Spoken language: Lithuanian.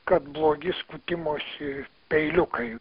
kad blogi skutimosi peiliukai